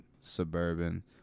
suburban